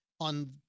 on